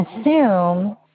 assume